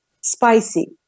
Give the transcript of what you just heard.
spicy